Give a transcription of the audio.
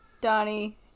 Donnie